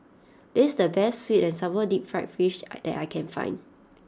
this is the best Sweet and Sour Deep Fried Fish that I can find